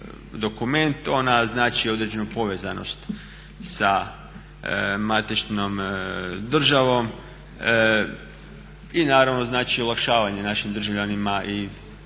ona znači određenu povezanost sa matičnom državom i znači olakšavanje našim državljanima i rečeno